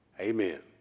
Amen